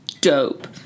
dope